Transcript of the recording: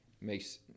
makes